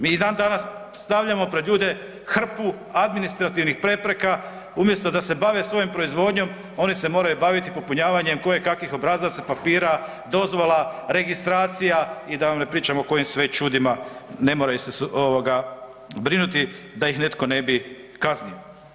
Mi i dan danas stavljamo pred ljude hrpu administrativnih prepreka, umjesto da se bave svojom proizvodnjom, oni se moraju baviti popunjavanjem kojekakvih obrazaca, papira, dozvola, registracija, i da vam ne pričam o kojim sve čudima ne moraju se brinuti da ih netko ne bi kaznio.